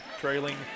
trailing